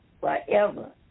forever